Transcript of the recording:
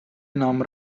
enam